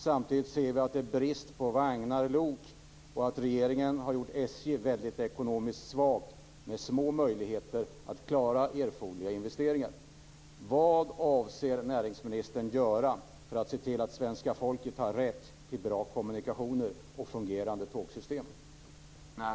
Samtidigt ser vi att det råder brist på vagnar och lok och att regeringen har gjort SJ ekonomiskt svagt, med små möjligheter att klara erforderliga investeringar.